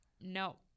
no